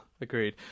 agreed